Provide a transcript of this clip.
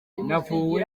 navuwe